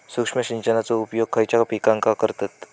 सूक्ष्म सिंचनाचो उपयोग खयच्या पिकांका करतत?